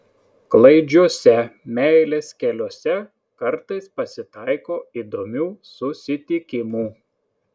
klaidžiuose meilės keliuose kartais pasitaiko įdomių susitikimų